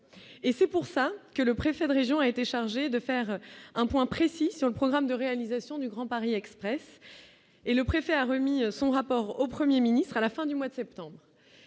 et c'est pour ça que le préfet de région a été chargé de faire un point précis sur le programme de réalisation du Grand Paris Express et le préfet a remis son rapport au 1er ministre à la fin du mois de septembre,